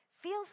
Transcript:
feels